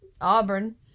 Auburn